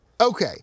Okay